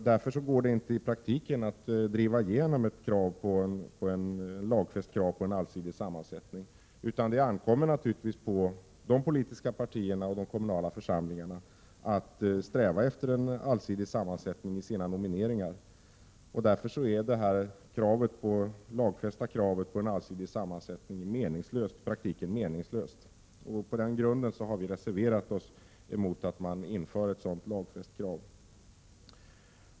Därför går det alltså i praktiken inte att driva igenom ett lagfäst krav på en allsidig sammansättning. I stället bör det naturligtvis ankomma på de politiska partierna och de kommunala församlingarna att sträva efter en allsidig sammansättning i sina val och nomineringar. Att här införa ett lagfäst krav är således meningslöst. Mot denna bakgrund har vi borgerliga partier reserverat oss mot att man inför ett sådant krav.